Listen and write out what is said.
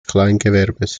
kleingewerbes